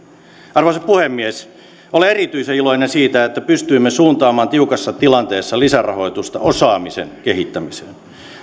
arvoisa puhemies olen erityisen iloinen siitä että pystyimme suuntaamaan tiukassa tilanteessa lisärahoitusta osaamisen kehittämiseen